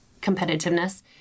competitiveness